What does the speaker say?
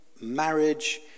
marriage